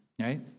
right